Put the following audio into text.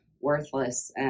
worthless